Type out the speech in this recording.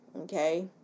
okay